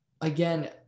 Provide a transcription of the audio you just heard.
again